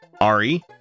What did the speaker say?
Ari